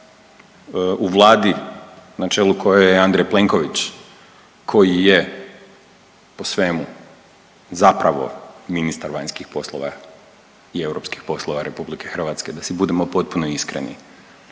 u vladi na čelu koje je Andrej Plenković koji je po svemu zapravo ministar vanjskih polova i europskih poslova RH da si budemo potpuno iskreni.